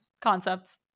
concepts